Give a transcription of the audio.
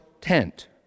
tent